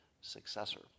successor